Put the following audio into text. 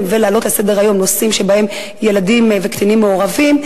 ולהעלות לסדר-היום נושאים שבהם ילדים וקטינים מעורבים,